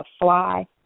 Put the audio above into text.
fly